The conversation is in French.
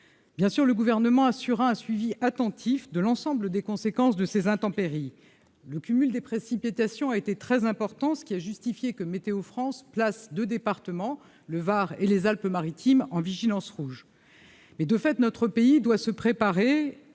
Bien entendu, le Gouvernement assurera un suivi attentif de l'ensemble des conséquences de ces intempéries. Le cumul des précipitations a été très important, ce qui a justifié le placement, par Météo France, de deux départements- le Var et les Alpes-Maritimes -en vigilance rouge. De fait, notre pays doit se préparer